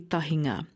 Tahinga